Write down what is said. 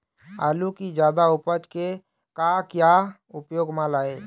आलू कि जादा उपज के का क्या उपयोग म लाए?